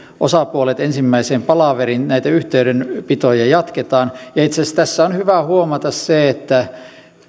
osapuolet ensimmäiseen palaveriin näitä yhteydenpitoja jatketaan ja itse asiassa tässä on hyvä huomata se että